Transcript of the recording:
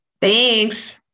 Thanks